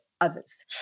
others